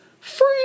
Free